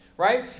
right